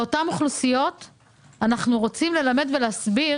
את אותן אוכלוסיות אנחנו רוצים ללמד ולהסביר,